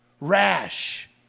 rash